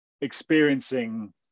experiencing